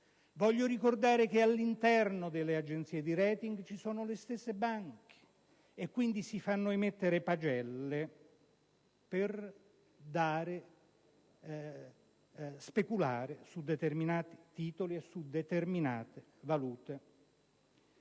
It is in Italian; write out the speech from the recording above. Voglio ricordare che, all'interno delle agenzie di *rating*, ci sono le stesse banche le quali, quindi, si fanno emettere pagelle per speculare su determinati titoli e su determinate valute.